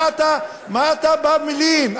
מה אתה בא ומלין?